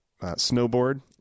snowboard